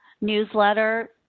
newsletter